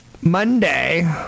Monday